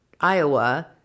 Iowa